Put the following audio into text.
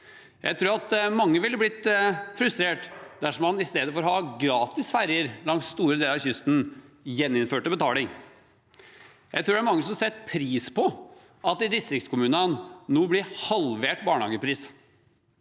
Jeg tror at mange ville blitt frustrert dersom man i stedet for å ha gratis ferjer langs store deler av kysten, gjeninnførte betaling. Jeg tror det er mange som setter pris på at det i distriktskommunene nå blir halvert barnehagepris.